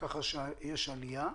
כך שיש עלייה.